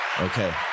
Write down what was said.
Okay